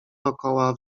dokoła